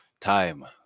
time